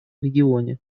регионе